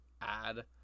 add